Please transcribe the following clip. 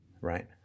right